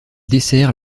dessert